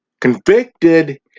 convicted